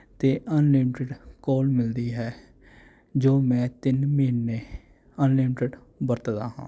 ਅਤੇ unlimited call ਮਿਲਦੀ ਹੈ ਜੋ ਮੈਂ ਤਿੰਨ ਮਹੀਨੇ ਅਨਲਿਮਟਿਡ ਵਰਤਦਾ ਹਾਂ